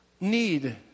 need